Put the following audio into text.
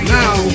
now